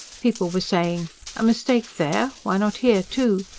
people were saying a mistake there, why not here, too?